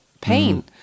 pain